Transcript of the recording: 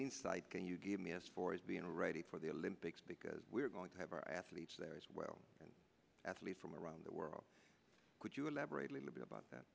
insight can you give me as for as being ready for the olympics because we're going to have our athletes there as well at least from around the world could you elaborate a little bit about that